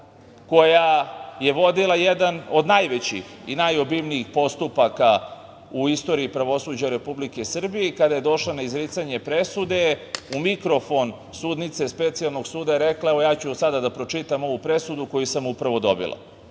koja je vodila jedan od najvećih i najobimnijih postupaka u istoriji pravosuđa Republike Srbije, a kada je došla na izricanje presude i u mikrofon sudnice Specijalnog suda je rekla – ja ću sada da pročitam ovu presudu koju sam upravo dobila.